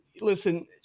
listen